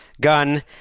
gun